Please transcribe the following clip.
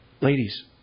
Ladies